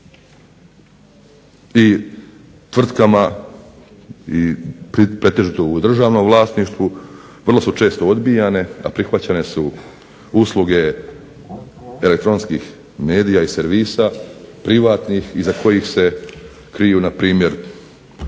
i tvrtkama pretežito u državnom vlasništvu vrlo su često odbijane,a prihvaćene su usluge elektronskih medija i servisa privatnih iza kojih se kriju npr.